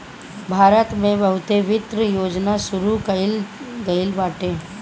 भारत में बहुते वित्त योजना शुरू कईल गईल बाटे